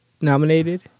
nominated